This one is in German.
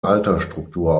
altersstruktur